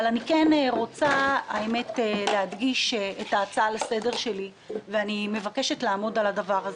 אבל אני רוצה להדגיש את ההצעה לסדר שלי ואני מבקשת לעמוד על הדבר הזה.